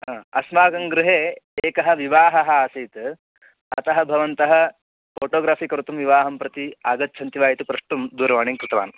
अ अस्माकं गृहे एकः विवाहः आसीत् अतः भवन्तः फ़ोटोग्राफ़ि कर्तुं विवाहं प्रति आगच्छन्ति वा इति प्रष्टुं दूरवाणीं कृतवान्